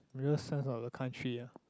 real sense of the country ah